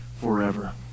forever